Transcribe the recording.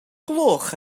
gloch